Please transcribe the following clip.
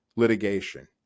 litigation